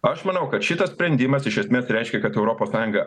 aš manau kad šitas sprendimas iš esmės reiškia kad europos sąjunga